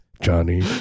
johnny